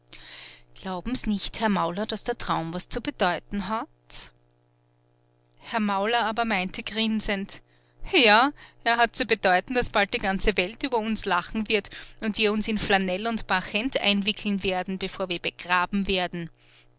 s nicht herr mauler daß der traum was zu bedeuten hat herr mauler aber meinte grinsend ja er hat zu bedeuten daß bald die ganze welt über uns lachen wird und wir uns in flanell und barchent einwickeln werden bevor wir begraben werden